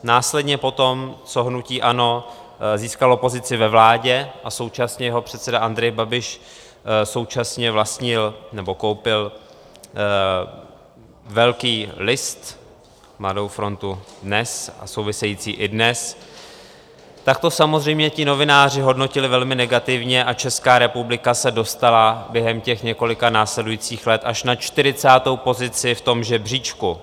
Následně po tom, co hnutí ANO získalo pozici ve vládě a současně jeho předseda Andrej Babiš současně vlastnil nebo koupil velký list, Mladou frontu DNES a související iDNES, tak to samozřejmě ti novináři hodnotili velmi negativně a Česká republika se dostala během těch několika následujících let až na 40. pozici v tom žebříčku.